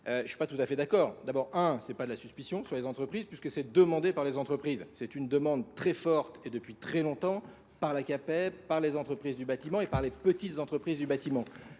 je ne suis pas tout à fait d'accord. D'abord, un, ce n'est pas de la suspicion sur les entreprises puisque c'est demandé par les entreprises. C'est une demande très forte et depuis très longtemps par la CAPEP, par les entreprises du bâtiment et par les petites entreprises du bâtiment.